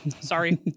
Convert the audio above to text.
Sorry